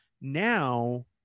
now